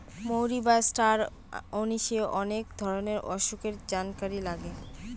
মৌরি বা star anise অনেক ধরনের অসুখের জানকারি লাগে